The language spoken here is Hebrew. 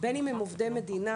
מה כותבים בגוגל?